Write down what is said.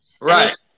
right